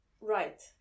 right